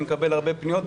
אני מקבל הרבה פניות.